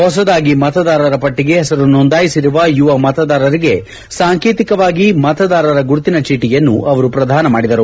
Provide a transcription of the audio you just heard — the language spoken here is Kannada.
ಹೊಸದಾಗಿ ಮತದಾರರ ಪಟ್ಲಗೆ ಹೆಸರು ನೋಂದಾಯಿಸಿರುವ ಯುವ ಮತದಾರರಿಗೆ ಸಾಂಕೇತಿಕವಾಗಿ ಮತದಾರರ ಗುರುತಿನ ಚೀಟಿಯನ್ನು ಅವರು ಪ್ರಧಾನ ಮಾಡಿದರು